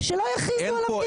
שלא יכריזו עליו נבצר.